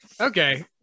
Okay